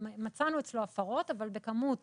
אצלו הפרות אבל בכמות